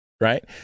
right